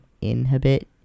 inhibit